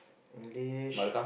English